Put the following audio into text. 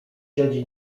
siedzi